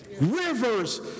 Rivers